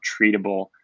treatable